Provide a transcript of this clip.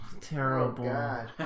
terrible